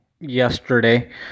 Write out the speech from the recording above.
yesterday